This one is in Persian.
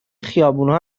خیابونها